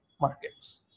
markets